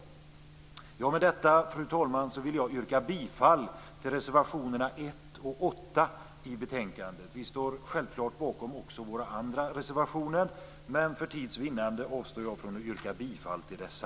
Med detta, fru talman, vill jag yrka bifall till reservationerna 1 och 8 i betänkandet. Vi står självklart också bakom våra andra reservationer, men för tids vinnande avstår jag från att yrka bifall till dessa.